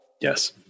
Yes